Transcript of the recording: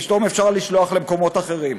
פתאום אפשר לשלוח למקומות אחרים.